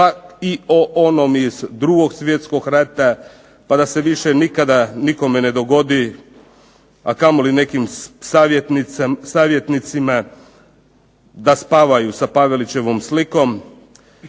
pa i o onom iz Drugog svjetskog rata, pa da se više nikada nikome ne dogodi, a kamoli nekim savjetnicima da spavaju sa Pavelićevom slikom.